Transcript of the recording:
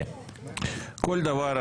כל דבר,